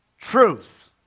Truth